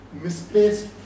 misplaced